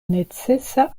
necesa